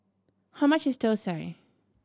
how much is thosai